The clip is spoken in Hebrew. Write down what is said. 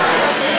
כן.